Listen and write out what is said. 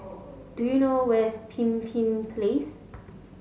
do you know where is Pemimpin Place